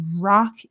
rock